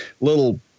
little